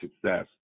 success